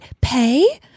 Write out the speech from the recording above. Pay